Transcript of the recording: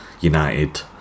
United